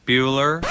Bueller